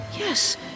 Yes